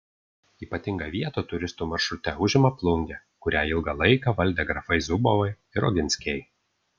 ypatingą vietą turistų maršrute užima plungė kurią ilgą laiką valdė grafai zubovai ir oginskiai